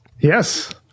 Yes